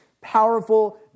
powerful